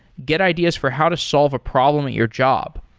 get ideas for how to solve a problem at your job.